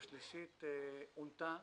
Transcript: והשלישית עונתה,